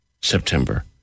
September